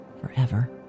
forever